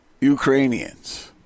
Ukrainians